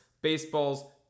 baseball's